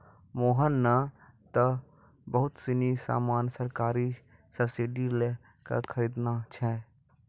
मोहन नं त बहुत सीनी सामान सरकारी सब्सीडी लै क खरीदनॉ छै